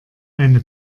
eine